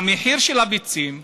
המחיר של הביצים,